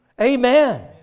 Amen